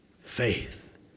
faith